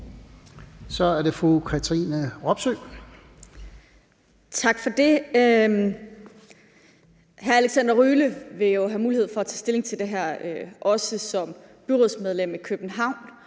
Kl. 14:06 Katrine Robsøe (RV): Tak for det. Hr. Alexander Ryle vil jo have mulighed for at tage stilling til det her også som byrådsmedlem i København.